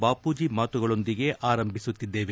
ಬಾಪೂಜಿ ಮಾತುಗಳೊಂದಿಗೆ ಆರಂಭಿಸುತ್ತಿದ್ದೇವೆ